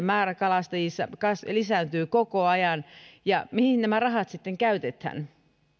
määrä kalastajissa lisääntyy koko ajan mihin nämä rahat sitten käytetään